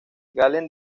gallen